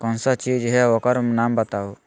कौन सा चीज है ओकर नाम बताऊ?